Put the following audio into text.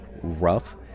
Rough